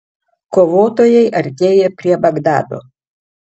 kovotojai artėja prie bagdado